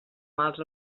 mals